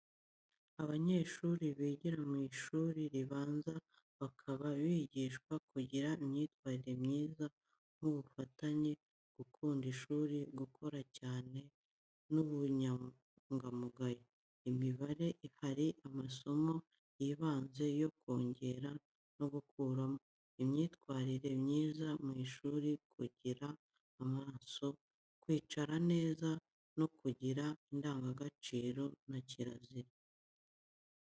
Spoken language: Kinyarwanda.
Abanyeshuri bigira mu ishuri ribanza bakaba bigisha kugira imyitwarire myiza nk’ubufatanye, gukunda ishuri, gukora cyane n’ubunyangamugayo. Imibare, hari amasomo y'ibanze yo kongera no gukuramo. Imyitwarire myiza mu ishuri gukurikira amasomo, kwicara neza no kugira indangagaciro na kirazira.